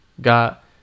got